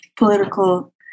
political